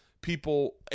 people